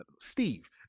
Steve